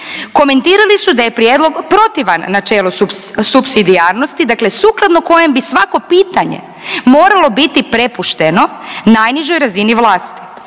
komentirali su da je prijedlog protivan načelu supsidijarnosti, dakle sukladno kojem bi svako pitanje moralo biti prepušteno najnižoj razini vlasti